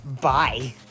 Bye